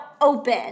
open